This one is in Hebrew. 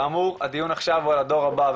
כאמור, הדיון היום הוא על הדור הבא.